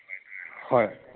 ꯍꯣꯏ